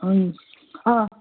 हुँ अँ